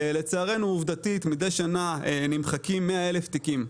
לצערנו, עובדתית, מדי שנה נמחקים 100,000 תיקים.